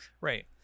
Right